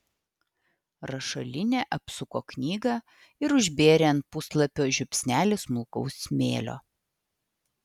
rašalinė apsuko knygą ir užbėrė ant puslapio žiupsnelį smulkaus smėlio